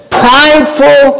prideful